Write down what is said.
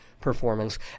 performance